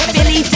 Billy